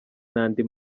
n’andi